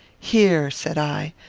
here, said i,